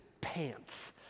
Pants